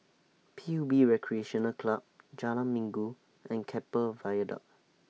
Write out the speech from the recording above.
P U B Recreational Club Jalan Minggu and Keppel Viaduct